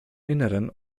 innern